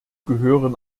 gehören